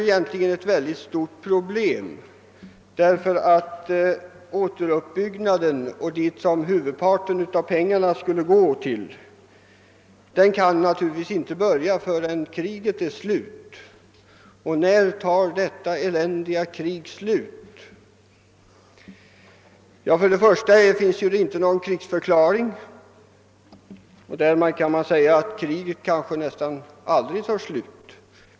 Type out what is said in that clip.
cerat, eftersom återuppbyggnaden, vartill huvudparten av pengarna skulle gå, naturligtvis inte kan börja förrän kriget är slut; och när tar detta eländiga krig slut? Någon krigsförklaring har inte utfärdats. Därför kan man säga att kriget kanske aldrig kommer att ta slut.